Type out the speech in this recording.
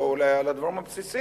אולי לא על הדברים הבסיסיים,